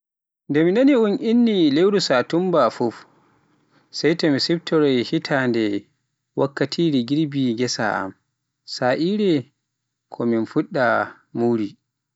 Nde mi nani un inni ni lewru Satumba, fuf sey to mi siftoroy hitande wakkatire girbi ghessa am, sa'aire ko min fuɗɗata muri.